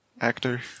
actor